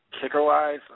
kicker-wise